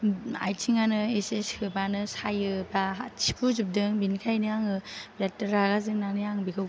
आइथिङानो एसे सोबानो सायो बा थिफुजोबदों बेनिखायनो आङो रागा जोंनानै आं बेखौ